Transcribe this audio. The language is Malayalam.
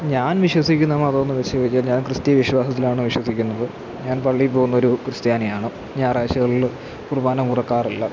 ഞാന് വിശ്വസിക്കുന്ന മതമെന്നു വെച്ചു കഴിഞ്ഞാൽ ഞാന് ക്രിസ്തീയ വിശ്വാസത്തിലാണ് വിശ്വസിക്കുന്നത് ഞാന് പള്ളിയിൽ പോകുന്നൊരു ക്രിസ്ത്യാനിയാണ് ഞായറാഴ്ചകളിൽ കുര്ബാന മുടക്കാറില്ല